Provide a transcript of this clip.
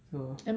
so